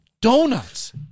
Donuts